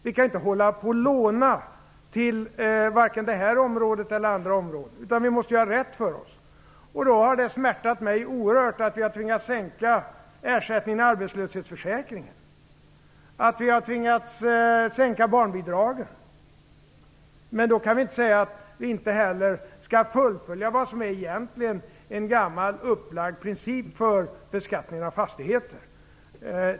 Vi kan inte hålla på och låna vare sig till det här området eller till andra områden, utan vi måste göra rätt för oss. Det har smärtat mig oerhört mycket att vi har tvingats sänka ersättningen i arbetslöshetsförsäkringen och att vi har tvingats sänka barnbidragen. Då kan vi inte säga att vi inte skall fullfölja vad som egentligen är en gammal upplagd princip för beskattningen av fastigheter.